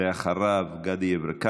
אנחנו עוברים להצעות הבאות לסדר-היום,